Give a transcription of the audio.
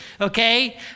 okay